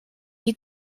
die